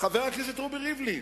חבר הכנסת רובי ריבלין,